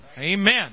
Amen